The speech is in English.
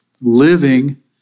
living